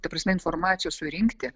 ta prasme informacijos surinkti